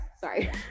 sorry